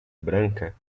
branca